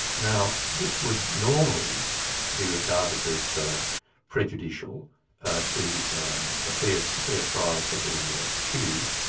now this would normally be regarded as prejudicial to a fair fair trial for the accused.